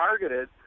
targeted